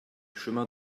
chemin